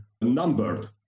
numbered